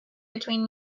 between